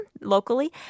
locally